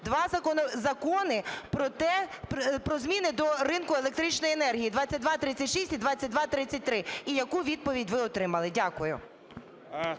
два закони про те… про зміни до ринку електричної енергії (2236 і 2233)? І яку відповідь ви отримали? Дякую.